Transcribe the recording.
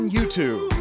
YouTube